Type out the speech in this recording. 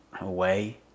away